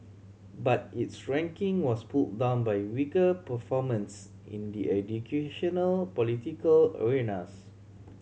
but its ranking was pull down by weaker performance in the educational political arenas